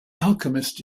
alchemist